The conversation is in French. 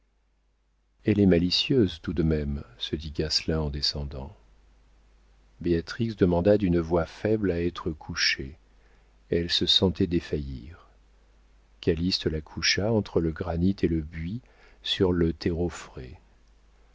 elle est malicieuse tout de même se dit gasselin en descendant béatrix demanda d'une voix faible à être couchée elle se sentait défaillir calyste la coucha entre le granit et le buis sur le terreau frais